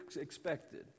expected